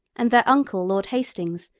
and their uncle, lord hastings,